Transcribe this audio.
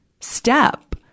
step